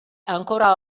ancora